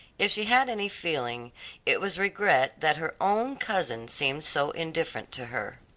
if she had any feeling it was regret that her own cousin seemed so indifferent to her.